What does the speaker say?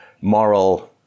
moral